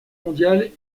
mondiale